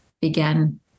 began